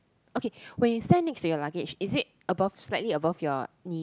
okay when you stand next to your luggage is it above slightly above your knee